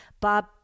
Bob